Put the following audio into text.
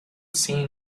seen